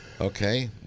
Okay